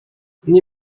nie